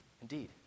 indeed